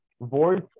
voice